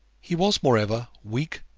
he was, moreover, weak,